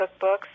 cookbooks